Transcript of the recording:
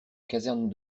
caserne